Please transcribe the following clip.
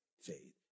faith